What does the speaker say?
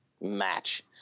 Match